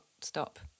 stop